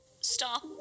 stop